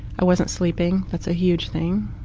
i wasn't sleeping. that's a huge thing.